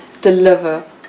deliver